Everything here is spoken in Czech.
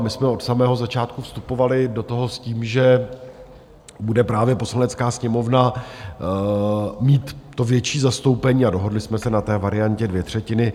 My jsme od samého začátku vstupovali do toho s tím, že právě Poslanecká sněmovna bude mít větší zastoupení, a dohodli jsme se na té variantě dvě třetiny.